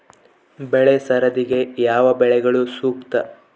ಬೆಳೆ ಸರದಿಗೆ ಯಾವ ಬೆಳೆಗಳು ಸೂಕ್ತ?